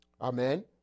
Amen